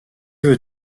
veux